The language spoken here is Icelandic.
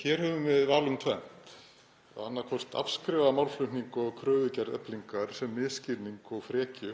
Hér höfum við val um tvennt, annaðhvort að afskrifa málflutning og kröfugerð Eflingar sem misskilning og frekju